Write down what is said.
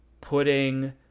putting